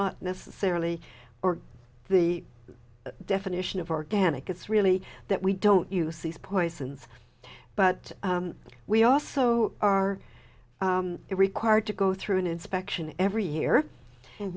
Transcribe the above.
not necessarily or the definition of organic it's really that we don't use these poisons but we also are required to go through an inspection every year and